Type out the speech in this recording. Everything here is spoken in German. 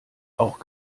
auch